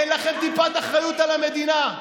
אין לכם טיפת אחריות על המדינה.